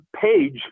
page